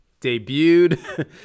debuted